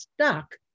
stuck